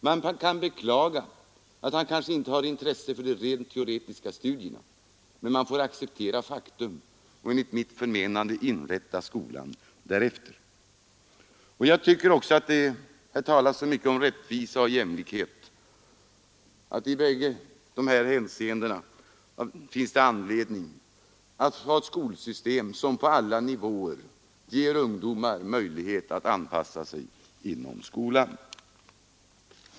Man kan beklaga att han kanske inte har intresse för de rent teoretiska studierna, men man får acceptera faktum och enligt mitt förmenande inrätta skolan därefter. Det talas så mycket om rättvisa och jämlikhet, och jag tycker att det i båda dessa hänseenden finns anledning att ha ett skolsystem som på alla nivåer ger ungdomar möjlighet att anpassa sig inom skolan.